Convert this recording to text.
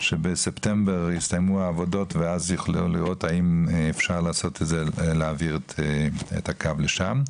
שבספטמבר יסתיימו העבודות ואז יוכלו לראות האם אפשר להעביר את הקו לשם,